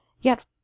Yet